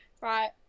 right